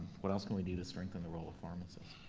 what else can we do to strengthen the role of pharmacists?